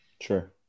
sure